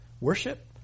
worship